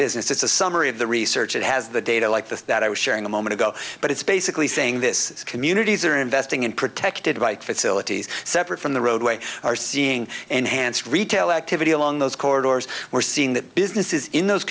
business it's a summary of the research that has the data like this that i was sharing a moment ago but it's basically saying this communities are investing in protected bike facilities separate from the roadway are seeing and hance retail activity along those corridors we're seeing that businesses in those